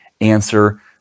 answer